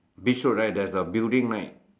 beach road right there's a building right